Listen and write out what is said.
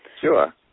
Sure